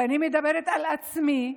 ואני מדברת על עצמי,